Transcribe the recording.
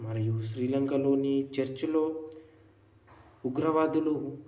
మరియు శ్రీలంకలోని చర్చిలో ఉగ్రవాదులు